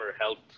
help